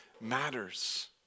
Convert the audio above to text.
matters